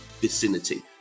vicinity